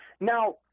Now